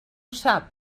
sap